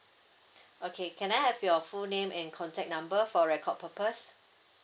okay can I have your full name and contact number for record purpose